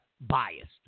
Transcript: biased